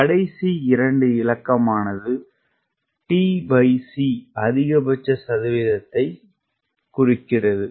கடைசி 2 இலக்கமானது tc அதிகபட்ச சதவீதத்தைக் கூறுகிறது